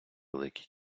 великій